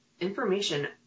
information